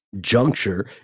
Juncture